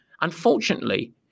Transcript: unfortunately